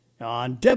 on